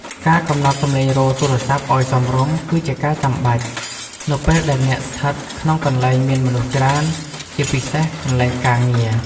ការកំណត់សំឡេងរោទ៍ទូរស័ព្ទឲ្យសមរម្យ គឺជាការចាំបាច់ នៅពេលដែលអ្នកស្ថិតក្នុងកន្លែងមានមនុស្សច្រើន ជាពិសេសកន្លែងការងារ។